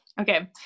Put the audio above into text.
Okay